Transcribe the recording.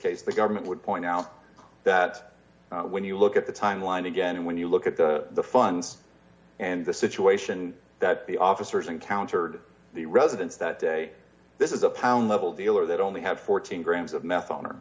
case the government would point out that when you look at the timeline again and when you look at the funds and the situation that the officers encountered the residents that day this is a pound level dealer that only have fourteen grams of me